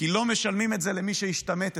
כי לא משלמים את זה למי שהשתמט אצלנו,